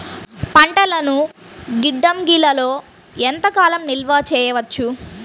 పంటలను గిడ్డంగిలలో ఎంత కాలం నిలవ చెయ్యవచ్చు?